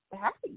happy